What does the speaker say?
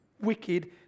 wicked